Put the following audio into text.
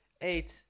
eight